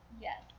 yes